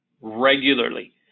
regularly